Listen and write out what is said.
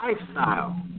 lifestyle